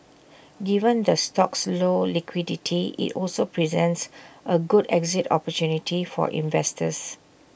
given the stock's low liquidity IT also presents A good exit opportunity for investors